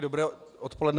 Dobré odpoledne.